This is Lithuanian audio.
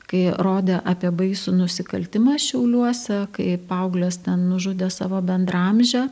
kai rodė apie baisų nusikaltimą šiauliuose kai paauglės ten nužudė savo bendraamžę